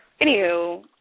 Anywho –